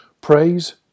Praise